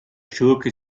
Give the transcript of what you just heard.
schurke